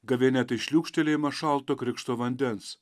gavėnia tai šliūkštelėjimas šalto krikšto vandens